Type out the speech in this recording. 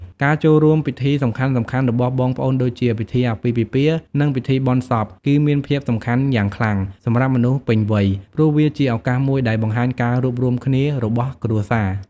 ការចូលរួមពិធីសំខាន់ៗរបស់បងប្អូនដូចជា ពិធីអាពាហ៍ពិពាហ៍ និងពិធីបុណ្យសព គឺមានភាពសំខាន់យ៉ាងខ្លាំងសម្រាប់មនុស្សពេញវ័យ ព្រោះវាជាឱកាសមួយដែលបង្ហាញការរួបរួមគ្នារបស់គ្រួសារ។